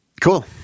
cool